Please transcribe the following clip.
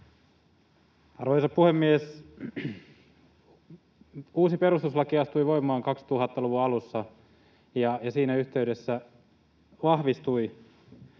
Arvoisa puhemies! Uusi perustuslaki astui voimaan 2000-luvun alussa, ja siinä yhteydessä vahvistui